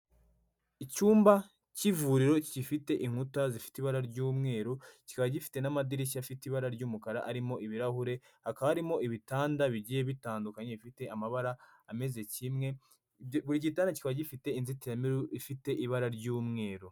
Icyumba k'ivuriro gifite inkuta zifite ibara ry'umweru, kikaba gifite n'amadirishya afite ibara ry'umukara arimo ibirahure, hakaba harimo ibitanda bigiye bitandukanye, bifite amabara ameze kimwe, buri gitanda kiba gifite inzitiramibu ifite ibara ry'umweru.